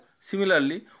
Similarly